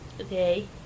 Okay